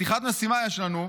חתיכת משימה יש לנו.